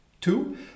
Two